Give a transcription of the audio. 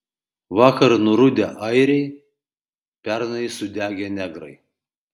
vakar nurudę airiai pernai sudegę negrai